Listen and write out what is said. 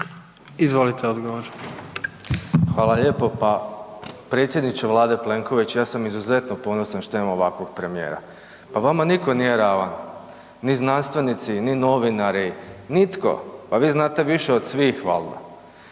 Domagoj (SDP)** Hvala lijepo. Pa predsjedniče Vlade Plenković, ja sam izuzetno ponosan što imamo ovakvog premijera. Pa vama nitko nije ravan. Ni znanstvenici, ni novinari, nitko, pa vi znate više od svih valjda.